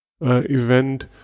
event